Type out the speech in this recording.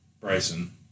Bryson